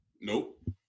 Nope